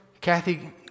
Kathy